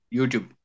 YouTube